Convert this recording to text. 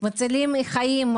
מצילים חיים.